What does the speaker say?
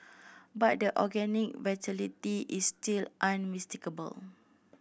but the organic vitality is still unmistakable